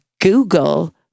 Google